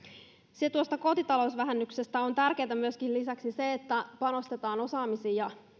se tuosta kotitalousvähennyksestä tärkeää on myöskin se että panostetaan osaamiseen